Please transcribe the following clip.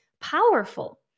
powerful